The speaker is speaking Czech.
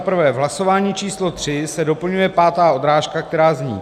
V hlasování číslo tři se doplňuje pátá odrážka, která zní: